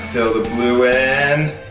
the blue and